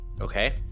Okay